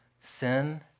sin